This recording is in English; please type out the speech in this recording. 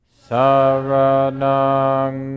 saranang